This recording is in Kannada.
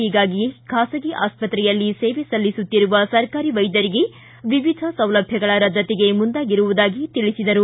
ಹೀಗಾಗಿಯೇ ಖಾಸಗಿ ಆಸ್ಷತ್ರೆಯಲ್ಲಿ ಸೇವೆ ಸಲ್ಲಿಸುತ್ತಿರುವ ಸರ್ಕಾರಿ ವೈದ್ಯರಿಗೆ ವಿವಿಧ ಸೌಲಭ್ಯಗಳ ರದ್ದತಿಗೆ ಮುಂದಾಗಿರುವುದಾಗಿ ತಿಳಿಸಿದರು